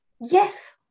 Yes